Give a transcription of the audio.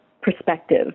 perspective